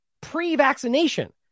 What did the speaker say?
pre-vaccination